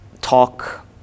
talk